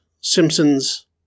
Simpsons